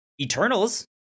eternals